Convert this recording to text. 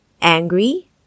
angry